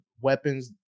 weapons